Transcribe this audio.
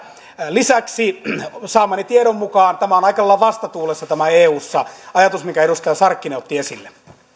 lisäksi saamani tiedon mukaan on aika lailla vastatuulessa eussa tämä ajatus minkä edustaja sarkkinen otti esille